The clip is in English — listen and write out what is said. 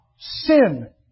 sin